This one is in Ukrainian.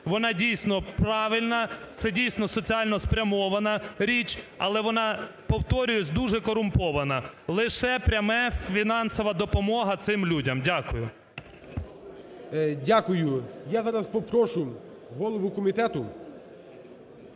вона дійсно правильна, це дійсно соціально спрямована річ, але вона, повторююсь, дуже корумпована. Лише пряма фінансова допомога цим людям. Дякую. ГОЛОВУЮЧИЙ. Дякую. Я зараз попрошу голову комітету,